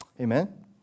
Amen